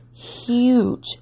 huge